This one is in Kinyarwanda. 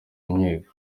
inkiko